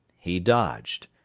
he dodged.